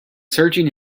searching